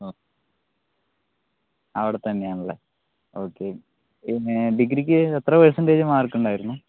ആ അവിടെ തന്നെ ആണല്ലെ ഒക്കെ പിന്നെ ഡിഗ്രീക്ക് എത്ര പെർസൻ്റെജ് മാർക്ക് ഉണ്ടായിരുന്നു